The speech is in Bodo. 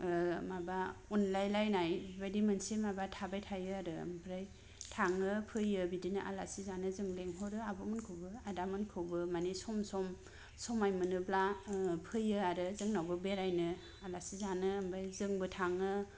माबा अनलाय लायनाय बेबायदि मोनसे माबा थाबाय थायो आरो आमफ्राय थांङो फैयो बिदिनो आलासि जानो जों लेंहरो आब' मोनखौबो आदामोनखौबो मानि सम सम समाय मोनोब्ला फैयो आरो जोंनावबो बेरायनो आलासि जानो ओमफ्राय जोंबो थांङो